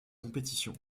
compétition